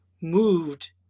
moved